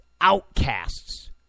outcasts